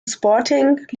sporting